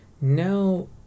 Now